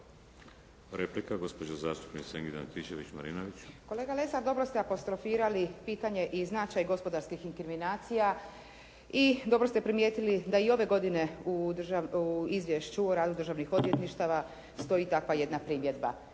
Marinović, Ingrid (SDP)** Kolega Lesar, dobro ste apostrofirali pitanje i značaj gospodarskih inkriminacija i dobro ste primijetili da i ove godine u izvješću o radu državnih odvjetništava stoji takva jedna primjedba.